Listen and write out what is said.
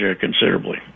considerably